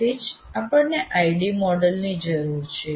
આથી જ આપણને ID મોડેલ ની જરૂર છે